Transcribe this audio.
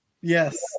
Yes